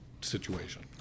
situation